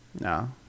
No